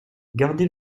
gardez